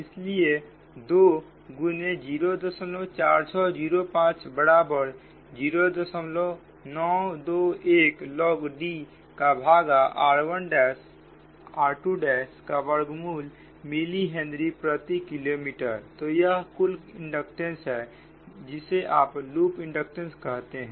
इसलिए 2 गुने 04605 बराबर 0921 log D का भागा r 1r2का वर्गमूल मिली हेनरी प्रति किलोमीटर तो यह कुल इंडक्टेंस है जिसे आप लूप इंडक्टेंस कहते हैं